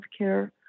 healthcare